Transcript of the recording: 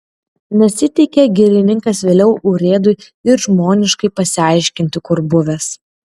nesiteikė girininkas vėliau urėdui ir žmoniškai pasiaiškinti kur buvęs